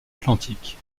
atlantique